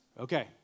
Okay